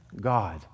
God